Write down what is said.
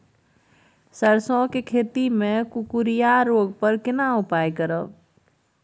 सरसो के खेती मे कुकुरिया रोग पर केना उपाय करब?